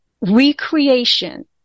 recreation